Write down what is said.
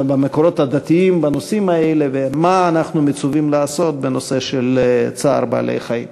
הדתיים בנושאים האלה ומה אנחנו מצווים לעשות בנושא של צער בעלי-חיים.